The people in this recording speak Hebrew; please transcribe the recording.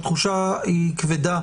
והתחושה כבדה